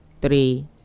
three